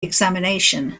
examination